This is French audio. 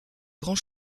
grand